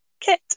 kit